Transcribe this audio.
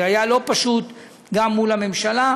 והיה לא פשוט גם מול הממשלה,